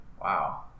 Wow